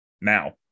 now